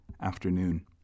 afternoon